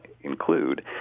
include